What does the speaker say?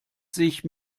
sich